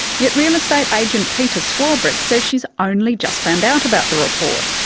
yet real estate agent peta swarbrick says she's only just found out about the report,